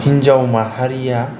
हिन्जाव माहारिया